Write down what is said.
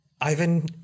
Ivan